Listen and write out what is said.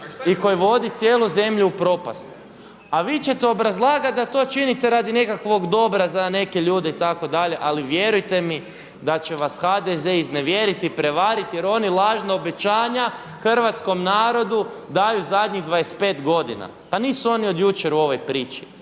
i koje vodi cijelu zemlju u propast, a vi ćete obrazlagat da to činite radi nekakvog dobra za neke ljude itd. ali vjerujte mi da će vas HDZ iznevjerit i prevarit jer oni lažna obećanja hrvatskom narodu daju zadnjih 25 godina, pa nisu oni od jučer u ovoj priči